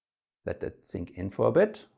let that sink in for a bit.